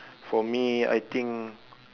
for me I think